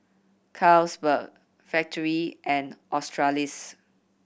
Carlsberg Factorie and Australis